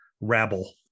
rabble